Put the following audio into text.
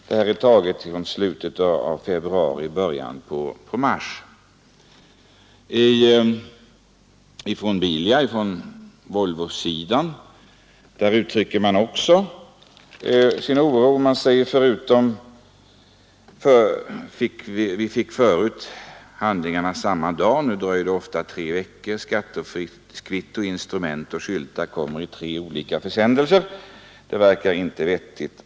Detta gällde slutet av februari och början av mars. Bilia på Volvosidan uttrycker också sin oro och säger att man förut fick handlingarna samma dag, medan det nu ofta dröjer tre veckor. Skattekvitton, instrument och skyltar kommer i tre olika försändelser. Det verkar inte vettigt.